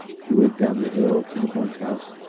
he went down the hill to the bunk house,